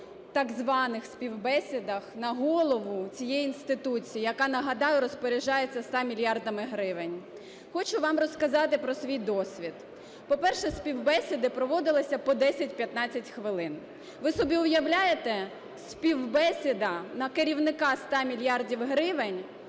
так званих співбесідах на голову цієї інституції, яка, нагадаю, розпоряджається 100 мільярдами гривень. Хочу вам розказати про свій досвід. По-перше, співбесіди проводилися по 10-15 хвилин. Ви собі уявляєте, співбесіда на керівника 100 мільярдів